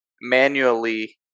manually